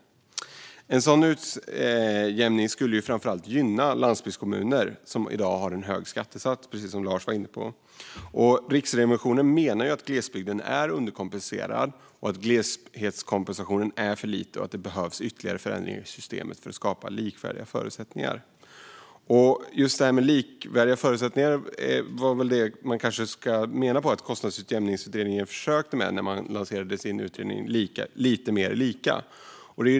En sådan utjämning skulle framför allt gynna landsbygdskommuner som i dag har en hög skattesats, precis som Lars Thomsson var inne på. Riksrevisionen menar att glesbygden är underkompenserad, att gleshetskompensationen är för liten och att det behövs ytterligare ändringar i systemet för att skapa likvärdiga förutsättningar. Just detta med likvärdiga förutsättningar var kanske det man menade att Kostnadsutjämningsutredningen försökte med när utredningen lanserades - lite mer lika.